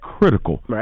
critical